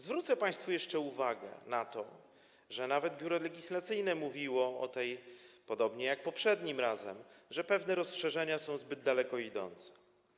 Zwrócę państwu jeszcze uwagę na to, że nawet Biuro Legislacyjne mówiło, podobnie jak poprzednim razem, że pewne rozszerzenia są zbyt daleko idące.